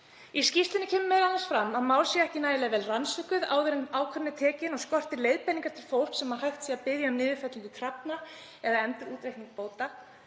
Í skýrslunni kemur m.a. fram að mál séu ekki nægilega vel rannsökuð áður en ákvörðun er tekin og það skorti leiðbeiningar til fólks þar sem hægt er að biðja um niðurfellingu krafna eða endurútreikning bóta.